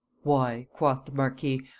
why, quoth the marquis,